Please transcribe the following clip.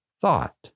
thought